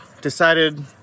Decided